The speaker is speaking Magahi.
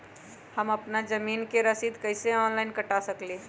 हम अपना जमीन के रसीद कईसे ऑनलाइन कटा सकिले?